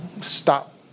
Stop